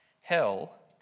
Hell